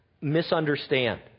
misunderstand